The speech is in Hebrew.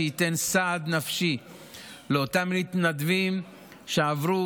שייתן סעד נפשי לאותם מתנדבים שעברו